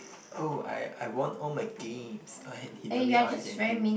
oh I I won all my games he